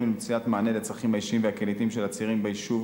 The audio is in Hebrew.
ולמציאת מענה לצרכים האישיים והקהילתיים של הצעירים ביישוב